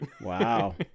wow